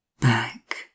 back